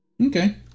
Okay